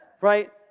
Right